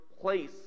place